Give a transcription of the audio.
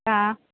हा